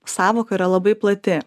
sąvoka yra labai plati